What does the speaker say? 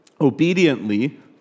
obediently